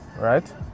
Right